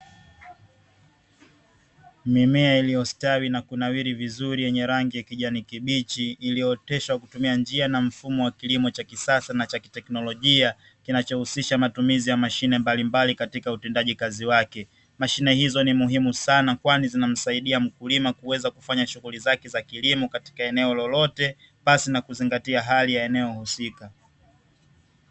Mimea iliyostawi na kunawili vizuri yenye rangi ya kijani kibichi, iliyooteshwa kutumia njia na mfumo wa kilimo cha kisasa na cha kiteknolojia kinachohusisha matumizi ya mashine mbalimbali, katika utendaji kazi wake mashine hizo ni muhimu sana kwani zinamsaidia mkulima kuweza kufanya shughuli zake za kilimo katika eneo lolote, basi na kuzingatia hali ya eneo husika.